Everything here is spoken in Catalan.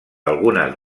algunes